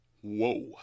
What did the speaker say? Whoa